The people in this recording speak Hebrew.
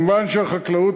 מובן שהחקלאות,